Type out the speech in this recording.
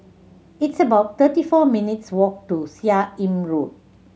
it's about thirty four minutes walk to Seah Im Road